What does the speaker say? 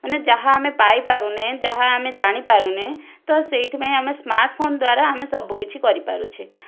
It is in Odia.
ମାନେ ଯାହା ଆମେ ପାଇ ପାରୁନେ ଯାହା ଆମେ ଜାଣି ପାରୁନେ ତ ସେଇଥିପାଇଁ ଆମେ ସ୍ମାର୍ଟଫୋନ୍ ଦ୍ଵାରା ଆମେ ସବୁକିଛି କରିପାରୁଛେ